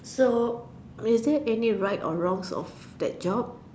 so is there any rights and wrong of that job